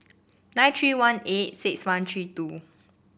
nine three one eight six one three two